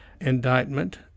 indictment